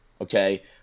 Okay